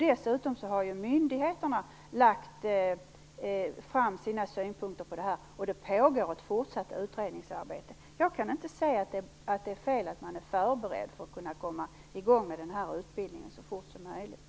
Dessutom har myndigheterna lagt fram sina synpunkter på detta, och det pågår ett fortsatt utredningsarbete. Jag kan inte se att det är fel att man är förberedd på att kunna komma i gång med denna utbildning så fort som möjligt.